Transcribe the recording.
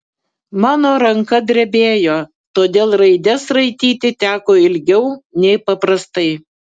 mano ranka drebėjo todėl raides raityti teko ilgiau nei paprastai